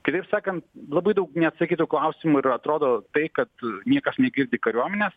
kitaip sakant labai daug neatsakytų klausimų ir atrodo tai kad niekas negirdi kariuomenės